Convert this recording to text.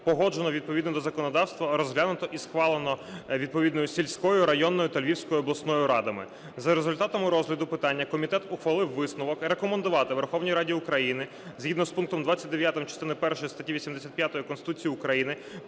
погоджено відповідно до законодавства, розглянуто і схвалено відповідною сільською, районною та Львівською обласною радами. За результатами розгляду питання комітет ухвалив висновок: рекомендувати Верховній Раді України згідно з пунктом 29 частини першої статті 85 Конституції України